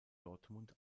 dortmund